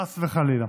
חס וחלילה.